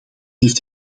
heeft